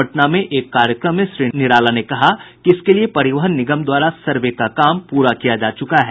पटना में एक कार्यक्रम में श्री निराला ने कहा कि इसके लिए परिवहन निगम द्वारा सर्वे का काम पूरा किया जा चुका है